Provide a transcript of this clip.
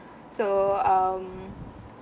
so um